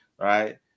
right